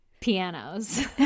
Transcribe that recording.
pianos